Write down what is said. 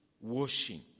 washing